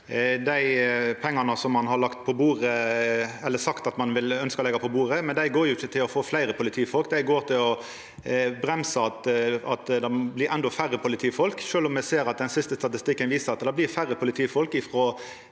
på bordet, eller sagt at ein ønskjer å leggja på bordet, men dei går jo ikkje til å få fleire politifolk. Dei går til å bremsa at det blir endå færre politifolk, sjølv om me ser at den siste statistikken viser at det blir færre politifolk frå